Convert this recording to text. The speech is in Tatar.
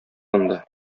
анда